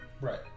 Right